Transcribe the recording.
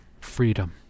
freedom